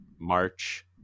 March